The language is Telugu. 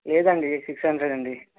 లేదండీ సిక్స్ హండ్రెడ్ అండి